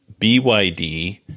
BYD